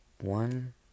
One